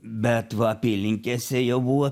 bet va apylinkėse jau buvo